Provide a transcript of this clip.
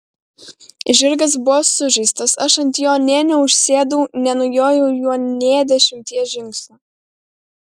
žirgas buvo sužeistas aš ant jo nė neužsėdau nenujojau juo nė dešimties žingsnių